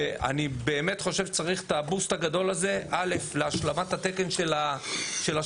אני באמת חושב שצריך את הבוסט הגדול הזה להשלמת התקן של השוטרים.